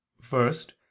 first